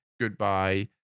goodbye